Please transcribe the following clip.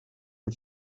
her